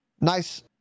Nice